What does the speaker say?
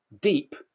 Deep